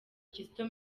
kizito